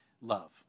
love